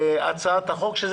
הצעת החוק היא